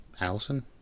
Allison